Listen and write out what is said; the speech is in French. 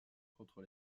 contre